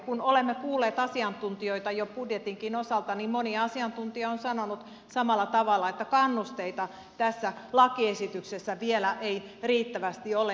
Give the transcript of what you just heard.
kun olemme kuulleet asiantuntijoita jo budjetinkin osalta niin moni asiantuntija on sanonut samalla tavalla että kannusteita tässä lakiesityksessä vielä ei riittävästi ole